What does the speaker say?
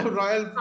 royal